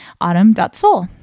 autumn.soul